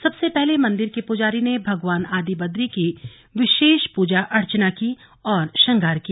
सबसे पहले मंदिर के पुजारी ने भगवान आदिबदरी की विशेष पूजा अर्चना व श्रृंगार किया